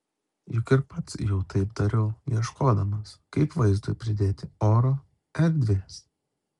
juk ir pats jau taip dariau ieškodamas kaip vaizdui pridėti oro erdvės